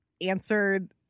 answered